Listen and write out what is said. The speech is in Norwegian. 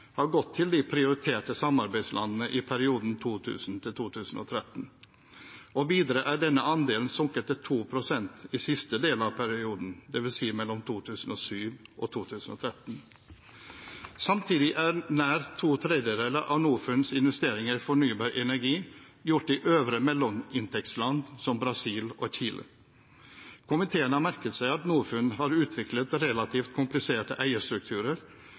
har gått til de prioriterte samarbeidslandene i perioden 2000–2013, og videre at denne andelen er sunket til 2 pst. i siste del av perioden, dvs. 2007–2013. Samtidig er nær to tredjedeler av Norfunds investeringer i fornybar energi gjort i øvre mellominntektsland som Brasil og Chile. Komiteen har merket seg at Norfund har utviklet relativt kompliserte eierstrukturer,